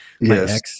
Yes